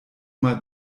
mal